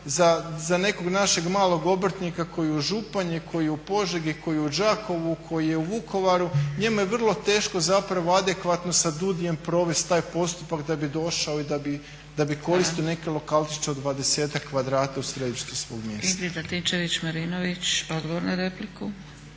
za nekog našeg malog obrtnika koji je u Županji, koji je u Požegi, koji je u Đakovu, koji je u Vukovaru njemu je vrlo teško zapravo adekvatno sa DUUDI-jem provesti taj postupak da bi došao i da bi koristio neki lokalčić od 20-ak kvadrata u središtu svog mjesta.